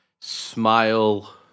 Smile